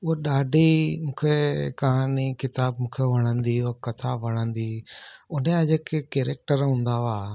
उहा ॾाढी मूंखे कहानी किताबु मूंखे वणंदी उहो कथा वणंदी हुई उन जा जेके कैरेक्टर हूंदा हुआ